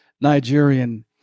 Nigerian